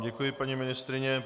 Děkuji vám, paní ministryně.